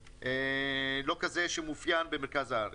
לא כזה שמאופיין במרכז הארץ.